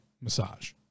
massage